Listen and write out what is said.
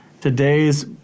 today's